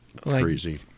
Crazy